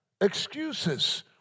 excuses